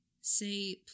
Say